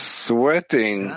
sweating